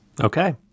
Okay